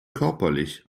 körperlich